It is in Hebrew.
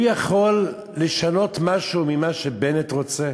הוא יכול לשנות משהו ממה שבנט רוצה